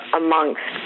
amongst